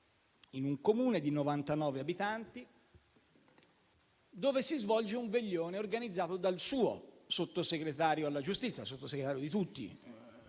in un Comune di 99 abitanti, dove si svolge un veglione organizzato dal suo Sottosegretario alla giustizia - Sottosegretario di tutti,